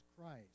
Christ